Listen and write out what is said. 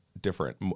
different